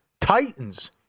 Titans